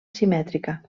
simètrica